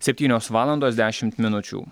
septynios valandos dešimt minučių